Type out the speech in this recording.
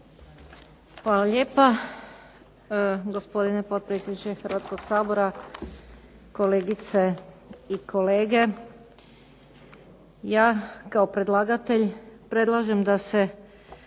Hvala lijepa. Gospodine potpredsjedniče Hrvatskog sabora, kolegice i kolege. Ja kao predlagatelj predlažem da se